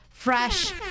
Fresh